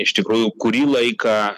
iš tikrųjų kurį laiką